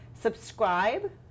subscribe